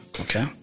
Okay